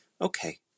okay